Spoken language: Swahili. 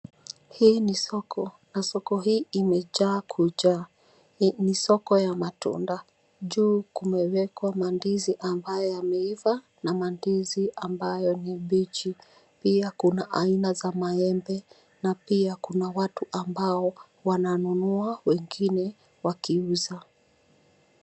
Hii ni soko na soko hii imejaa kujaa. Ni soko ya matunda. Juu kumewekwa mandizi ambayo yameiva na mandizi ambayo ni mbichi pia kuna aina za maembe na pia kuna watu ambao wananunua wengine wakiuza.